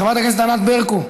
חברת הכנסת ענת ברקו,